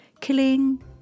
killing